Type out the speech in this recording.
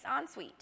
ensuite